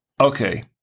Okay